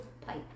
pipe